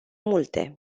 multe